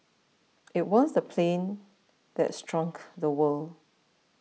it was the plane that shrank the world